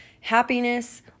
happiness